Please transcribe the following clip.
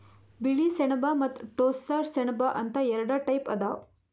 ಬಿಳಿ ಸೆಣಬ ಮತ್ತ್ ಟೋಸ್ಸ ಸೆಣಬ ಅಂತ್ ಎರಡ ಟೈಪ್ ಅದಾವ್